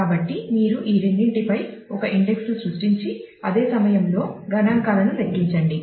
కాబట్టి మీరు ఈ రెండింటిపై ఒక ఇండెక్స్ ను సృష్టించి అదే సమయంలో గణాంకాలను లెక్కించండి